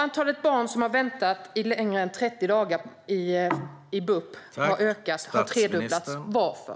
Antalet barn som har väntat i mer än 30 dagar på att få komma till BUP har tredubblats - varför?